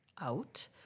out